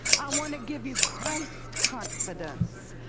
i want to give you christ's confidence.